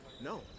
No